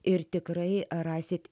ir tikrai rasit